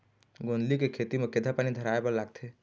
गोंदली के खेती म केघा पानी धराए बर लागथे?